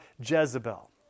Jezebel